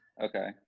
Okay